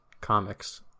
comics